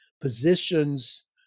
positions